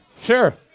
sure